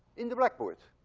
in the blackboard.